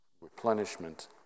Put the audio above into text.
replenishment